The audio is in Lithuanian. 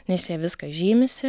nes jie viską žymisi